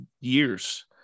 years